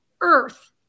earth